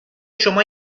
شما